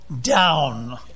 down